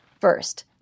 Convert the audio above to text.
First